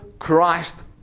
Christ